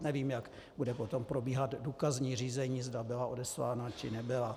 Nevím, jak bude potom probíhat důkazní řízení, zda byla odeslána, či nebyla.